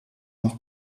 noch